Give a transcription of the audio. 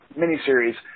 miniseries